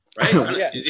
Right